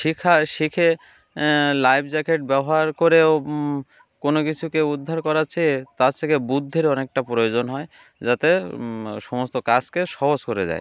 শিখায় শিখে life jacket ব্যবহার করেও কোনো কিছুকে উদ্ধার করাার চেয়ে তার থেকে বুদ্ধির অনেকটা প্রয়োজন হয় যাতে সমস্ত কাজকে সহজ করে যায়